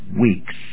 weeks